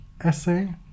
essay